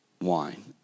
wine